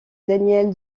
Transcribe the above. daniel